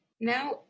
Now